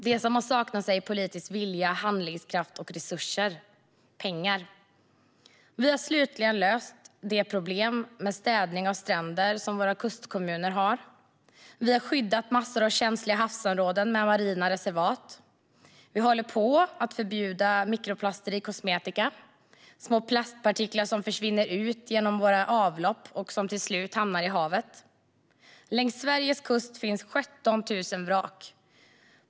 Det som har saknats är politisk vilja, handlingskraft och resurser, pengar. Vi har slutligen löst det problem med städning av stränder som våra kustkommuner har. Vi har skyddat massor av känsliga havsområden med marina reservat. Vi håller på att förbjuda mikroplaster i kosmetika, små plastpartiklar som försvinner ut genom våra avlopp och som till slut hamnar i havet. Längs Sverige kust finns 17 000 vrak.